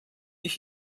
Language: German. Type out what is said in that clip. ich